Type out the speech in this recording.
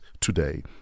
today